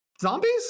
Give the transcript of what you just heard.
zombies